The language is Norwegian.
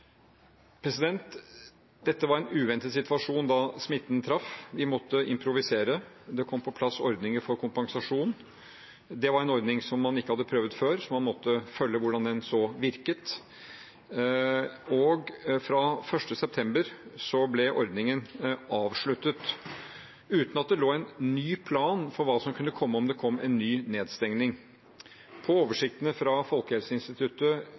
Dette var en uventet situasjon da smitten traff. Vi måtte improvisere. Det kom på plass ordninger for kompensasjon. Det var en ordning man ikke hadde prøvd før, så man måtte følge hvordan den så virket. Fra 1. september ble ordningen avsluttet, uten at det lå en ny plan for hva som kunne komme om det kom en ny nedstenging. På oversiktene fra Folkehelseinstituttet